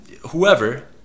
whoever